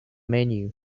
menu